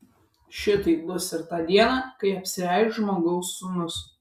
šitaip bus ir tą dieną kai apsireikš žmogaus sūnus